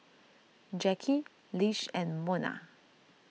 Jacki Lish and Monna